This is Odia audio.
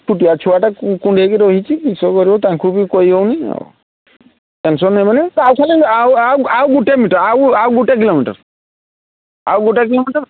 ଛୁଟିଆ ଛୁଆଟା କୁଣ୍ଢାଇକି ରହିଛି କିସ କରିବ ତାଙ୍କୁ ବି କହି ହେବନି ଆଉ ଟେନସନ୍ ନେବେନି ଆଉ ଖାଲି ଆଉ ଆଉ ଆଉ ଗୋଟିଏ ମିଟର୍ ଆଉ ଆଉ ଗୋଟିଏ କିଲୋମିଟର୍ ଆଉ ଆଉ ଗୋଟିଏ କିଲୋମିଟର୍